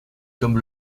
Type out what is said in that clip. comme